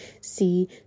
see